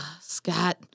Scott